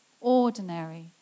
ordinary